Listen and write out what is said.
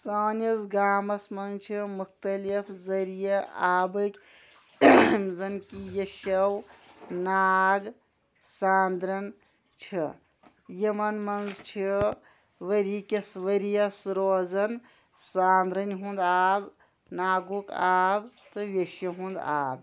سٲنِس گامَس منٛز چھِ مختلف ذٔریعہ آبٕکۍ یِم زَنہٕ کہِ یہِ چھِو ناگ سٲنٛدرَن چھِ یِمَن منٛز چھِ ؤری کِس ؤرِیَس روزان سرٛانٛدرٔنۍ ہُنٛد آب ناگُک آب تہٕ ویٚشہِ ہُنٛد آب